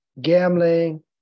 gambling